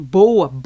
boa